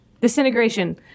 Disintegration